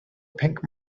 pink